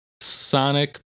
Sonic